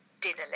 dinner